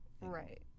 Right